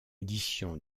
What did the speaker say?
édition